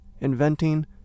inventing